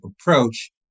approach